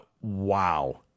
wow